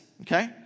Okay